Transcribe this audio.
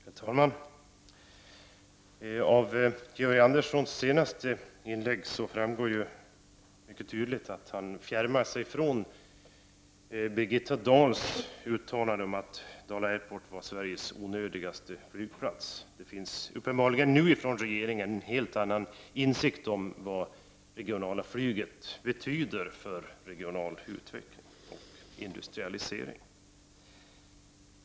Herr talman! Av Georg Anderssons senaste inlägg framgår mycket tydligt att han fjärmar sig från Birgitta Dahls uttalande om att Dala Airport är Sveriges onödigaste flygplats. Regeringen har uppenbarligen nu en helt annan insikt om vad det regionala flyget betyder för regional utveckling och industrialisering.